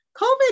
COVID